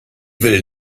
will